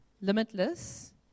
limitless